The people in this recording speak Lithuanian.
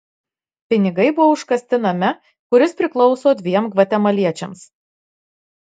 pinigai buvo užkasti name kuris priklauso dviem gvatemaliečiams